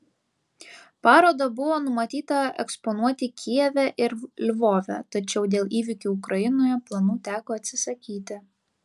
parodą buvo numatyta eksponuoti kijeve ir lvove tačiau dėl įvykių ukrainoje planų teko atsisakyti